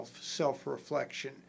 self-reflection